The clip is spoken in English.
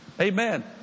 Amen